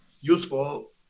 useful